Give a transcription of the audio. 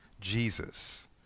Jesus